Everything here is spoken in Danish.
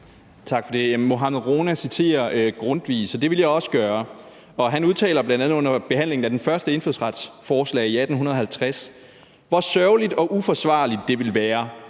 Mohammad Rona citerer Grundtvig, så det vil jeg også gøre, og han udtaler bl.a. under behandlingen af det første indfødsretsforslag i 1850: hvor sørgeligt og uforsvarligt det ville være,